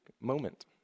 moment